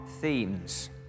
themes